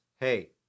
hey